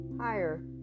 higher